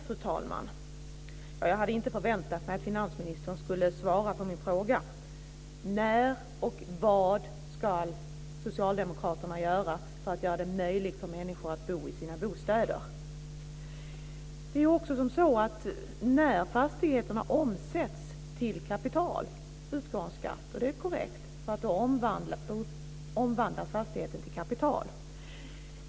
Fru talman! Jag hade inte förväntat mig att finansministern skulle svara på min fråga: Vad ska socialdemokraterna göra för att det ska bli möjligt för människor att bo i sina bostäder? När fastigheterna omsätts till kapital utgår en skatt. Det är korrekt eftersom fastigheten då omvandlas till kapital.